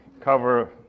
cover